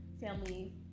Family